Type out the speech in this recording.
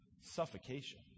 suffocation